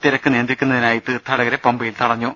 തിരക്ക് നിയന്ത്രിക്കുന്നതിനായി തീർത്ഥാടകരെ പമ്പയിൽ തടഞ്ഞു